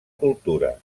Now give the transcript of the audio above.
cultura